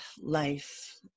life